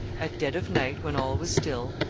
at dead of night, when all was still,